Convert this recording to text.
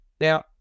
Now